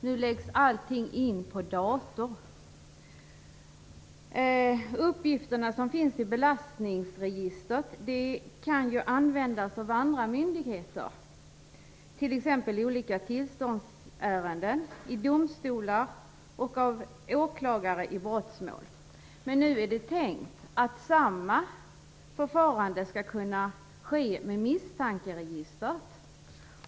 Nu läggs allting in på data. Uppgifterna som finns i belastningsregistret kan ju användas av andra myndigheter, t.ex. när det gäller olika tillståndsärenden, i domstolar och av åklagare i brottmål. Och nu är det tänkt att samma förfarande skall kunna ske med misstankeregistret.